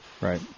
Right